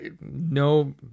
no